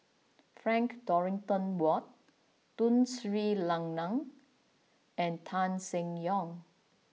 Frank Dorrington Ward Tun Sri Lanang and Tan Seng Yong